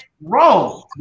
wrong